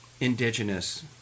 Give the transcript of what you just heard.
indigenous